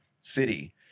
City